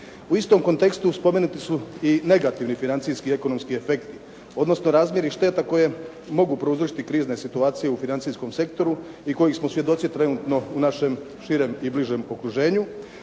U istom kontekstu spomenuti su i negativni financijski i ekonomski efekti odnosno razmjeri šteta koje mogu prouzročiti krizne situacije u financijskom sektoru i kojih smo svjedoci trenutno u našem širem i bližem okruženju.